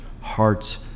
hearts